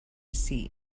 see